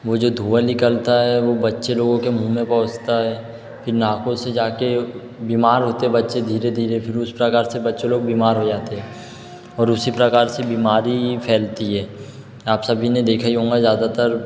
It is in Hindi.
वो जो धुआँ निकलता है वो बच्चे लोगों के मुँह में पहुँचता है फिर नाकों से जाके बीमार होते बच्चे धीरे धीरे फिर उस प्रकार से बच्चों लोग बीमार हो जाते और उसी प्रकार से बीमारी फैलती है आप सभी ने देखा ही होगा ज़्यादातर